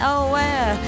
aware